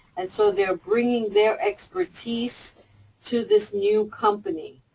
and so they're bringing their expertise to this new company.